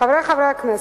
חברי חברי הכנסת,